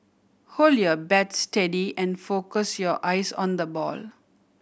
hold your bat steady and focus your eyes on the ball